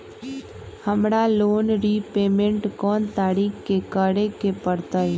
हमरा loan repayment कोन तारीख के करे के परतई?